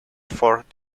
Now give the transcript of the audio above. fort